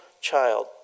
child